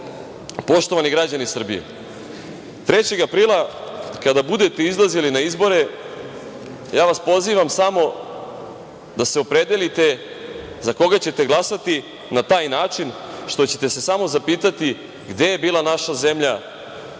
Poštovani građani Srbije, 3. aprila kada budete izlazili na izbore ja vas pozivam samo da se opredelite za koga ćete glasati na taj način što ćete se samo zapitati gde je bila naša zemlja